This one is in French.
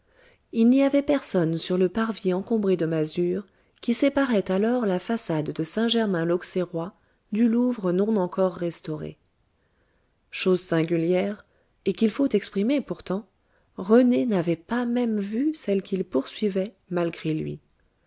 il n'y avait personne sur le parvis encombré de masures qui séparait alors la façade de saint germain lauxerrois du louvre non encore restauré chose singulière et qu'il faut exprimer pourtant rené n'avait pas même vu celle qu'il poursuivait malgré lui